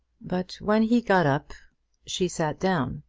but when he got up she sat down,